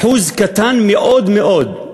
אחוז קטן מאוד מאוד,